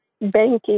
banking